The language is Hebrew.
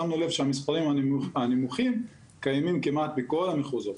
שמנו לב שהמספרים הנמוכים קיימים כמעט בכל המחוזות,